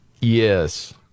Yes